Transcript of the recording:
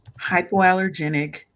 hypoallergenic